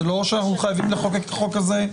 זה לא שאנחנו חייבים לחוקק את החוק הזה.